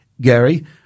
Gary